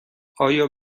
آیا